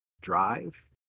drive